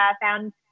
found